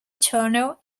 tunnel